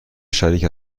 شریک